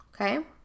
okay